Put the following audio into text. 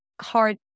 hard